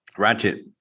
Ratchet